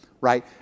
right